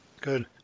Good